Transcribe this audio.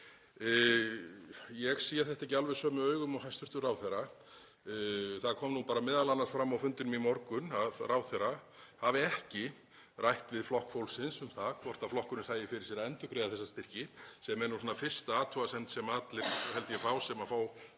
Ég sé þetta ekki alveg sömu augum og hæstv. ráðherra. Það kom nú bara m.a. fram á fundinum í morgun að ráðherra hefði ekki rætt við Flokk fólksins um það hvort flokkurinn sæi fyrir sér að endurgreiða þessa styrki, sem er svona fyrsta athugasemd sem allir fá, held ég, sem fá